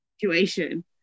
situation